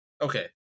Okay